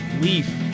Leaf